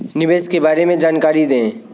निवेश के बारे में जानकारी दें?